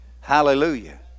Hallelujah